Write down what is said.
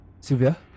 Sylvia